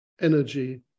energy